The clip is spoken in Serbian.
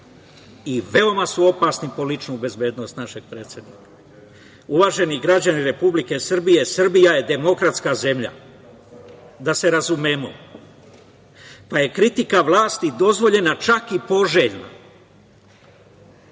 i veoma su opasni po ličnu bezbednost našeg predsednika. Uvaženi građani Republike Srbije, Srbija je demokratska zemlja, da se razumemo, pa je kritika vlasti dozvoljena čak i poželjna